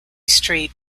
street